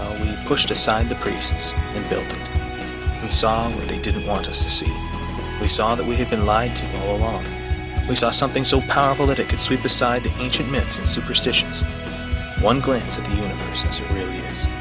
pushed aside the priests and built it and saw when they didn't want us to see we saw that we had been lied to you all along we saw something so powerful that it could sweep aside the ancient myths and superstitions one glance at the universe as real years